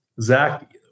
Zach